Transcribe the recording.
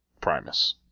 Primus